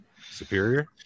Superior